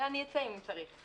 אני אצא אם צריך.